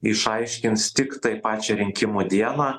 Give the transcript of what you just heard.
išaiškins tiktai pačią rinkimų dieną